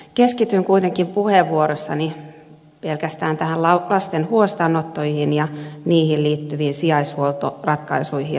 keskityn kuitenkin puheenvuorossani pelkästään lasten huostaanottoihin ja niihin liittyviin sijaishuoltoratkaisuihin ja taustoihin